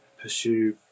pursue